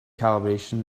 calibration